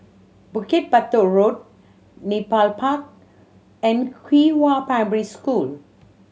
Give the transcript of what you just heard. Bukit Batok Road Nepal Park and Qihua Primary School